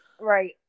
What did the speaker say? Right